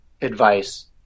advice